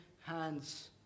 hands